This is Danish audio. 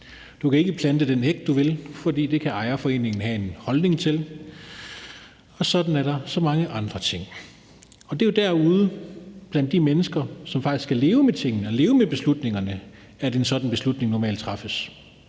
Du kan ikke plante den hæk, du vil, for det kan ejerforeningen have en holdning til, og sådan er der så mange andre ting. Det er derude, blandt de mennesker, som faktisk skal leve med tingene og leve med beslutningerne, at en sådan beslutning normalt træffes.